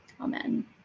amen